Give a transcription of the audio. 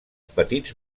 petits